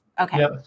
okay